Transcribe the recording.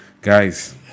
guys